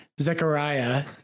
Zechariah